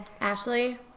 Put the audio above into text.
Ashley